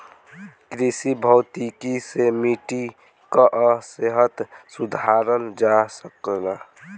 कृषि भौतिकी से मिट्टी कअ सेहत सुधारल जा सकेला